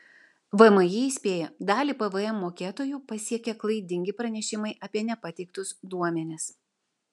vmi įspėja dalį pvm mokėtojų pasiekė klaidingi pranešimai apie nepateiktus duomenis